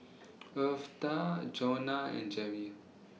Eartha Jonna and Jerrie